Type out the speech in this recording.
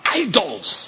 idols